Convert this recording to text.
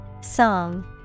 Song